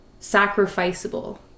sacrificable